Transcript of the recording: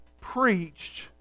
preached